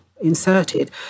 inserted